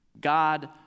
God